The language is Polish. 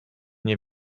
nie